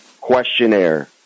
questionnaire